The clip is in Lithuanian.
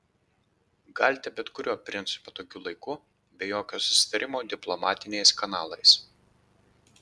galite bet kuriuo princui patogiu laiku be jokio susitarimo diplomatiniais kanalais